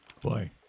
Boy